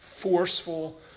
forceful